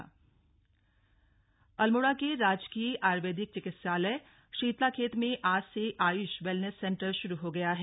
wellness centre Almora के राजकीय आयुर्वेदिक चिकित्सालय शीतलाखेत में आज से आयुष वैलनेस सेन्टर श्रू हो गया है